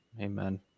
Amen